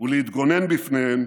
ולהתגונן בפניהן,